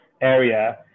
area